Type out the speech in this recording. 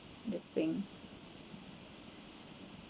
the spring